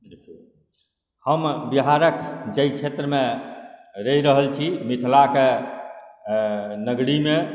देखियौ हम बिहारक जाहि क्षेत्रमे रहि रहल छी मिथिलाके नगरीमे